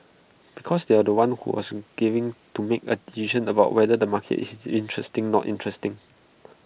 because they are the ones who wasn't giving to make A decision about whether the market is this interesting not interesting